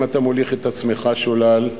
אם אתה מוליך את עצמך שולל,